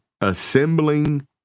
assembling